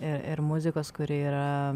ir ir muzikos kuri yra